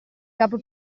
capo